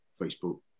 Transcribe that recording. Facebook